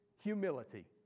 humility